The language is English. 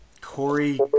Corey